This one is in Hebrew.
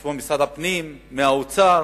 על-חשבון משרד הפנים, משרד האוצר,